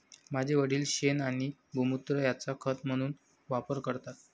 माझे वडील शेण आणि गोमुत्र यांचा खत म्हणून वापर करतात